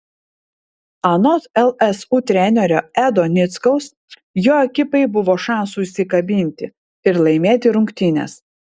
anot lsu trenerio edo nickaus jo ekipai buvo šansų užsikabinti ir laimėti rungtynes